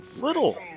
little